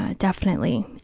ah definitely.